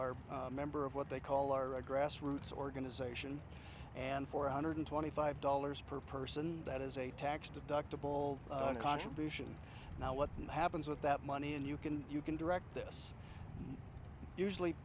are a member of what they call are a grassroots organization and four hundred twenty five dollars per person that is a tax deductible contribution now what happens with that money and you can you can direct this usually